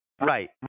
Right